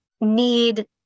need